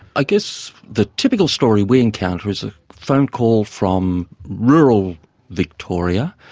i guess the typical story we encounter is a phone call from rural victoria,